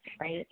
right